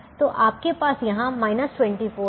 तो आपके पास यहाँ 24 है